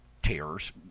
tears